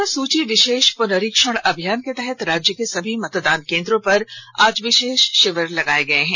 मतदाता सूची विशेष पुनरीक्षण अभियान के तहत राज्य के सभी मतदान केंद्रों पर आज विशेष शिविर लगाए गए हैं